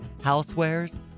housewares